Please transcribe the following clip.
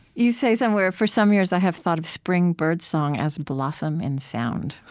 you say, somewhere, for some years, i have thought of spring birdsong as blossom in sound.